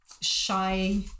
shy